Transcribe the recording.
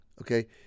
Okay